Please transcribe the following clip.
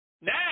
Now